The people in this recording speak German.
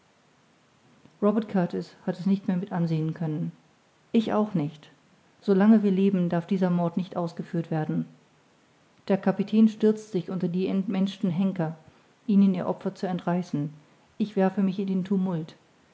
robert kurtis hat es nicht mehr mit ansehen können ich auch nicht so lange wir leben darf dieser mord nicht ausgeführt werden der kapitän stürzt sich unter die entmenschten henker ihnen ihr opfer zu entreißen ich werfe mich in den tumult